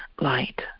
light